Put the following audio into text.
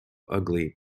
ugly